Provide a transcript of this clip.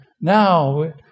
Now